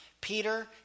Peter